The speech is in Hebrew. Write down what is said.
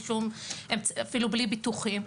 אפילו בלי ביטוחים,